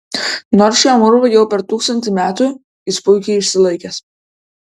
nors šiam urvui jau per tūkstantį metų jis puikiai išsilaikęs